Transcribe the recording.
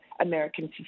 American